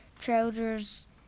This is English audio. trousers